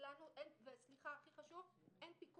לא מתייחסים אלינו.